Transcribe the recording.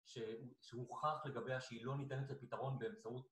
שהוכח לגביה שהיא לא ניתנת לפתרון באמצעות...